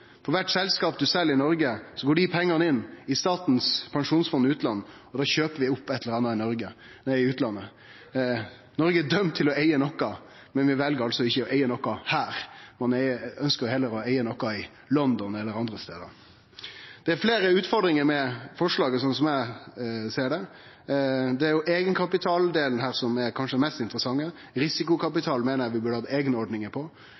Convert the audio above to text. kvart selskap ein sel i Noreg, går pengane inn i Statens pensjonsfond utland, og da kjøper vi opp eit eller anna i utlandet. Noreg er dømd til å eige noko, men vi vel altså å ikkje eige noko her. Ein ønskjer heller å eige noko i London eller andre stader. Det er fleire utfordringar med forslaget, slik eg ser det. Eigenkapitaldelen er kanskje mest interessant her. Risikokapital meiner eg vi burde ha eigne ordningar på.